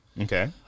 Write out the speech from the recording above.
Okay